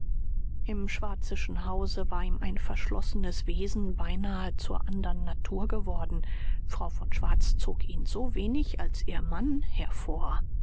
im schwarzischen hause war ihm ein verschlossenes wesen beinahe zur andern natur geworden frau von schwarz zog ihn so wenig als ihr mann hervor